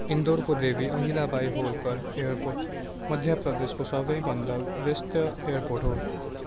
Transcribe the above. इन्दोरको Devi Ahilya Bai Holkar airport मध्य प्रदेशको सबै भन्दा व्यस्त एयरपोर्ट हो